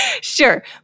Sure